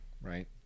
right